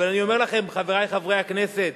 ואני אומר לכם, חברי חברי הכנסת,